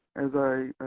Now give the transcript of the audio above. as i